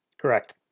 Correct